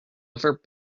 ever